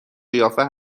قیافه